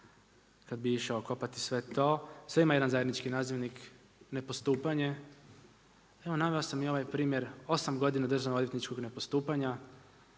kad bih išao kopati sve to, sve ima jedan zajednički nazivnik nepostupanje. Evo naveo sam i ovaj primjer 8 godina Državnoodvjetničkog nepostupanja.